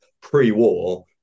pre-war